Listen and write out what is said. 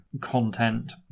content